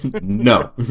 No